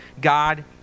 God